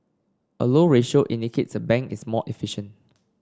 a low ratio indicates a bank is more efficient